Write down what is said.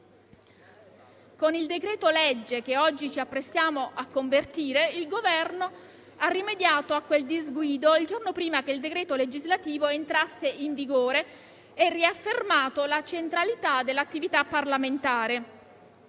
Con il decreto-legge che oggi ci apprestiamo a convertire il Governo ha rimediato a quel disguido il giorno prima che il provvedimento entrasse in vigore e riaffermato la centralità dell'attività parlamentare.